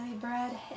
bread